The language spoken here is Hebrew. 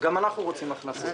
גם אנחנו רוצים הכנסות.